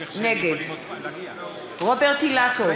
נגד רוברט אילטוב,